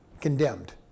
condemned